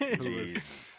Jesus